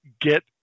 get